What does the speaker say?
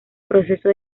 proceso